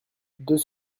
deux